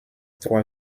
trois